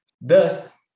Thus